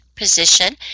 position